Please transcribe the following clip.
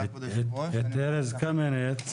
הרשות הממשלתית להתחדשות עירונית